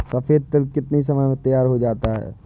सफेद तिल कितनी समय में तैयार होता जाता है?